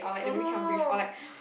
oh no